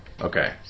Okay